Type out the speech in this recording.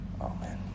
Amen